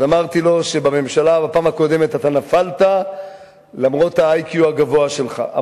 אז אמרתי לו: בפעם הקודמת אתה נפלת למרות ה-IQ הגבוה שלך,